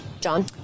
John